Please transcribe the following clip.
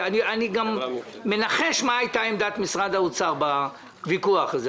אני גם מנחש מה הייתה עמדת משרד האוצר בוויכוח הזה,